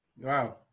Wow